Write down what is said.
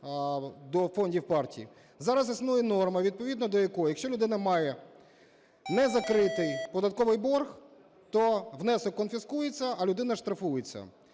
до фондів партій. Зараз існує норма, відповідно до якої, якщо людина має не закритий податковий борг, то внесок конфіскується, а людина штрафується.